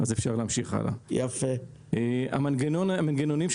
אז אפשר להמשיך הלאה.